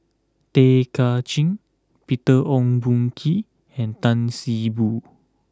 Tay Kay Chin Peter Ong Boon Kwee and Tan See Boo